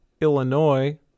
Illinois